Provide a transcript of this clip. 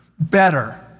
better